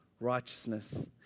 righteousness